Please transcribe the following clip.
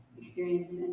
experience